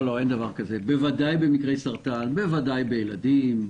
בוודאי במקרי סרטן, בוודאי בילדים.